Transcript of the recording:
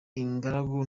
ingaragu